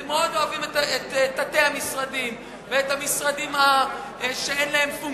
אתם מאוד אוהבים את תתי-המשרדים ואת המשרדים שאין להם פונקציות.